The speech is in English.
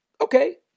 Okay